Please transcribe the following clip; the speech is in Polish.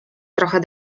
trochę